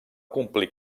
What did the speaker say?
complir